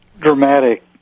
dramatic